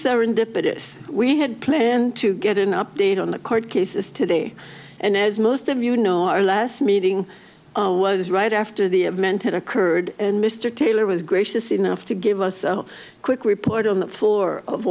serendipitous we had planned to get an update on the court cases today and as most of you know our last meeting was right after the event had occurred and mr taylor was gracious enough to give us a quick report on the floor of